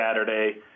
Saturday